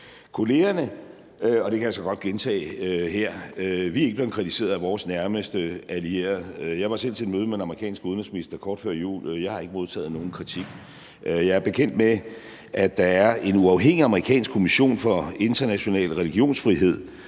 Vi er ikke blevet kritiseret af vores nærmeste allierede. Jeg var selv til møde med den amerikanske udenrigsminister kort før jul, og jeg har ikke modtaget nogen kritik. Jeg er bekendt med, at der er en uafhængig amerikansk kommission for international religionsfrihed,